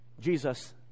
Jesus